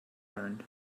learned